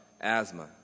asthma